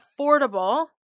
affordable